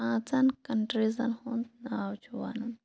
پانٛژَن کَنٛٹریٖزَن ہُنٛد ناو چھُ وَنُن